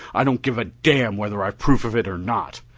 i don't give a damn whether i've proof of it or not.